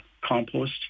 compost